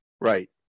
Right